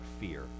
fear